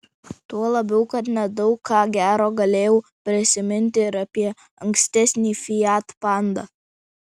tuo labiau kad nedaug ką gero galėjau prisiminti ir apie ankstesnį fiat panda